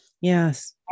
Yes